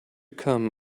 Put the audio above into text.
come